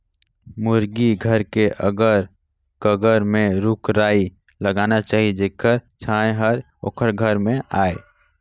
मुरगी घर के अगर कगर में रूख राई लगाना चाही जेखर छांए हर ओखर घर में आय